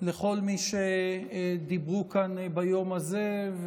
לכל מי שדיברו כאן ביום הזה,